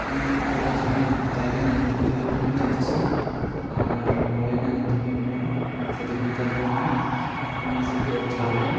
ᱤᱧᱟᱹᱜ ᱠᱚᱞᱮᱡᱽ ᱨᱮᱱᱟᱜ ᱡᱟᱭᱜᱟ ᱨᱮᱭᱟᱜ ᱧᱩᱛᱩᱢ ᱫᱚ ᱦᱩᱭᱩᱜ ᱠᱟᱱᱟ ᱡᱤᱛᱩᱥᱩᱞ ᱟᱨ ᱠᱚᱞᱮᱡᱽ ᱨᱮᱱᱟᱜ ᱧᱩᱛᱩᱢ ᱦᱩᱭᱩᱜ ᱠᱟᱱᱟ ᱥᱟᱹᱫᱷᱩ ᱨᱟᱢᱪᱟᱸᱫᱽ ᱢᱩᱨᱢᱩ ᱭᱩᱱᱤᱵᱷᱟᱨᱥᱤᱴᱤ ᱚᱯᱷ ᱡᱷᱟᱲᱜᱨᱟᱢ